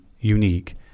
unique